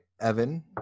Evan